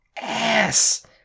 Ass